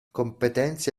competenze